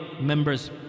members